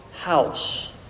house